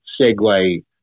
segue